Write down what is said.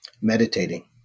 Meditating